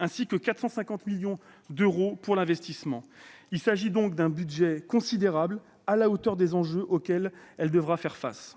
et 450 millions d'euros pour l'investissement. Il s'agit donc d'un budget considérable, à la hauteur des enjeux auxquels cette branche devra faire face.